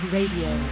Radio